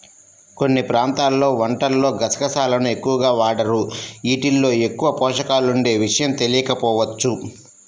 కొన్ని ప్రాంతాల్లో వంటల్లో గసగసాలను ఎక్కువగా వాడరు, యీటిల్లో ఎక్కువ పోషకాలుండే విషయం తెలియకపోవచ్చు